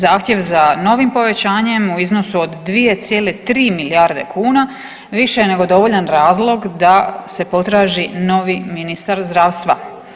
Zahtjev za novim povećanjem u iznosu od 2,3 milijarde kuna više je nego dovoljan razlog da se potraži novi ministar zdravstva.